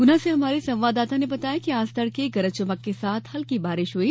गुना से हमारे संवाददाता ने बताया है कि आज तड़के गरज चमक के साथ बारिश हुई